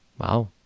Wow